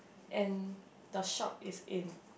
and the shop is in